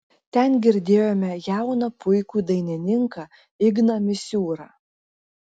ten girdėjome jauną puikų dainininką igną misiūrą